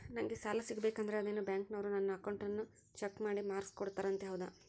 ನಂಗೆ ಸಾಲ ಸಿಗಬೇಕಂದರ ಅದೇನೋ ಬ್ಯಾಂಕನವರು ನನ್ನ ಅಕೌಂಟನ್ನ ಚೆಕ್ ಮಾಡಿ ಮಾರ್ಕ್ಸ್ ಕೊಡ್ತಾರಂತೆ ಹೌದಾ?